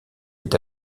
est